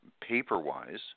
paper-wise